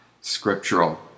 scriptural